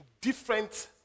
different